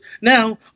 Now